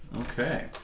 Okay